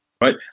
right